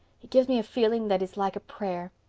it gives me a feeling that is like a prayer.